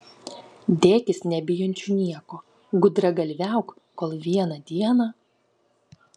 dėkis nebijančiu nieko gudragalviauk kol vieną dieną